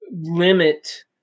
limit